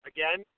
Again